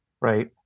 right